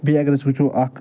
بیٚیہِ اَگر أسۍ وٕچھو اَکھ